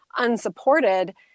unsupported